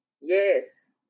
Yes